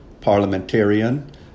parliamentarian